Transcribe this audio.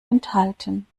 enthalten